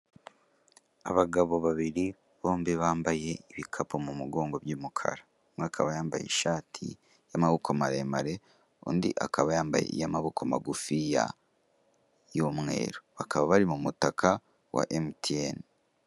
Abagabo babiri bombi bambaye ibikapu mu mugongo by'umukara, umwe akaba yambaye ishati y'amaboko maremare, undi akaba yambaye iy'amaboko magufiya y'umweru bakaba bari mu mutaka wa emutiyeni.